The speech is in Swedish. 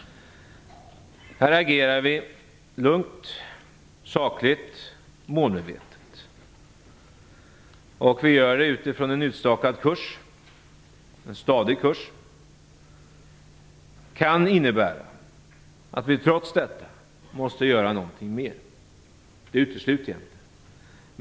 Vi agerar lugnt, sakligt och målmedvetet. Vi gör det utifrån en utstakad kurs - en stadig kurs. Vi kan trots detta vara tvungna att göra någonting mer. Det utesluter jag inte.